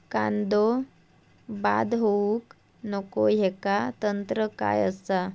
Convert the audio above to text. कांदो बाद होऊक नको ह्याका तंत्र काय असा?